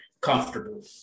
comfortable